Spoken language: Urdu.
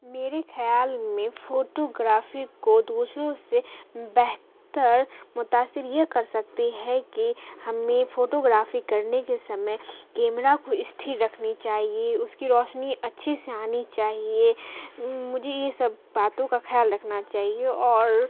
میرے خیال میں فوٹو گرافی کو دوسروں سے بہتر متاثر یہ کر سکتی ہے کہ ہمیں فوٹو گرافی کرنے کے سمے کیمرہ کو استھر رکھنا چاہیے اس کی روشنی اچھے سے آنی چاہیے مجھے یہ سب باتوں کا خیال رکھنا چاہیے اور